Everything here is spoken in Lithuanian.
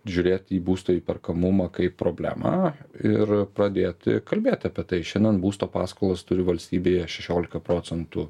žiūrėt į būsto įperkamumą kaip problemą ir pradėti kalbėt apie tai šiandien būsto paskolas turi valstybėje šešiolika procentų